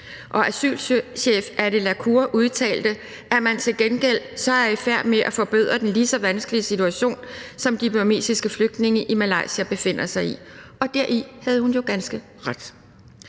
asylchef Anne la Cour udtalte: »Til gengæld er vi så med til at forbedre den lige så vanskelige situation, som de burmesiske flygtninge i Malaysia befinder sig i.« Det havde hun jo ganske ret